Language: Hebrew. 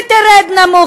ותרד נמוך.